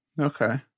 Okay